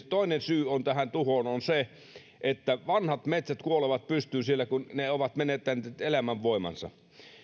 toinen syy tähän tuhoon on se että vanhat metsät kuolevat pystyyn siellä kun ne ovat menettäneet elämänvoimansa